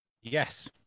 Yes